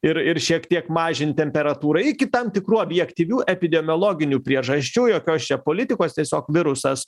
ir ir šiek tiek mažint temperatūrą iki tam tikrų objektyvių epidemiologinių priežasčių jokios čia politikos tiesiog virusas